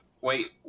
wait